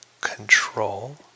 control